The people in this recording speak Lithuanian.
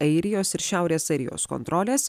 airijos ir šiaurės airijos kontrolės